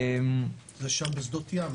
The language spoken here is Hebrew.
זה שם בשדות ים.